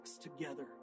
together